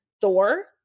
Thor